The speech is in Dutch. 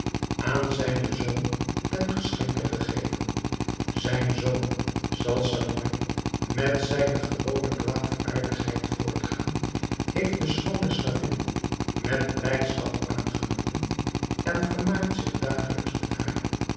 aan zijnen zoon ten geschenke gegeven zijn zoon zal saony met zijne gewone kwaadaardigheid voortgaan heeft de schoone slavin met blijdschap aangenomen en vermaakt zich dagelijks met haar